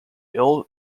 ill